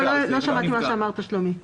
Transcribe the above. --- שאולי אפילו ייקבע פה בחוק.